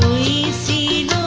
scene